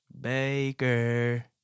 Baker